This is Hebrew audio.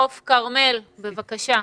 חוף כרמל, בבקשה.